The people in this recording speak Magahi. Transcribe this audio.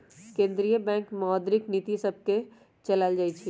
केंद्रीय बैंक मौद्रिक नीतिय सभके चलाबइ छइ